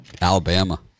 Alabama